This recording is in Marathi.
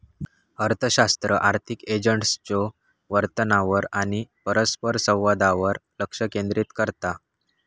अर्थशास्त्र आर्थिक एजंट्सच्यो वर्तनावर आणि परस्परसंवादावर लक्ष केंद्रित करता